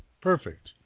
Perfect